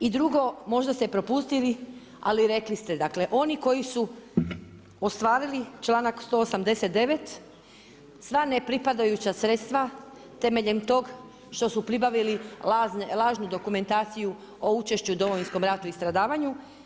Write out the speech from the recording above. I drugo, možda ste propustili, ali rekli ste, dakle, oni koji su ostvarili članak 189. sva ne pripadajuća sredstva, temeljem tog što su pribavili lažnu dokumentaciju o učešću Domovinskom ratu i stradavanju.